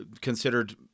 considered